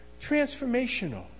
Transformational